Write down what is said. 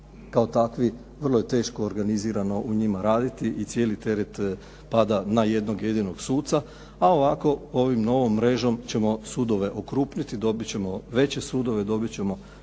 kao takvi, vrlo je teško organizirano u njima raditi, i cijeli teret pada na jednog jedinog suca. A ovako, ovom novom mrežom ćemo sudove okrupniti, dobit ćemo